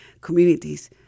communities